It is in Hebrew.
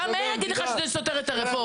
גם מאיר יגיד לך שזה סותר את הרפורמה,